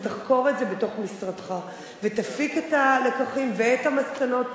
תחקור את זה בתוך משרדך ותפיק את הלקחים ואת המסקנות.